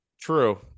true